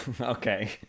Okay